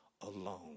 alone